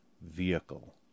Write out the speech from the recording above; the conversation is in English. vehicle